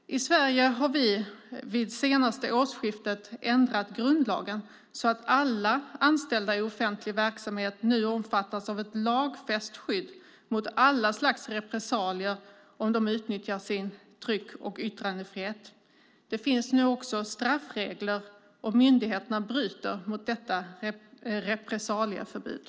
I Sverige har vi vid senaste årsskiftet ändrat grundlagen så att alla anställda i offentlig verksamhet nu omfattas av ett lagfäst skydd mot alla slags repressalier om de utnyttjar sin tryck och yttrandefrihet. Det finns nu också straffregler om myndigheterna bryter mot detta repressalieförbud.